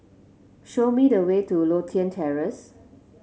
show me the way to Lothian Terrace